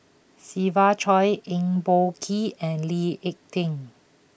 Siva Choy Eng Boh Kee and Lee Ek Tieng